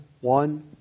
one